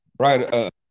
Right